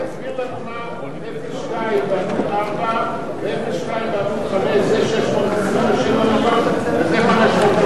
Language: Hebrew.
תסביר לנו מה 02, 02 בעמוד 5, אותו סעיף.